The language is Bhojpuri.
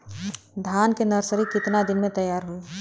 धान के नर्सरी कितना दिन में तैयार होई?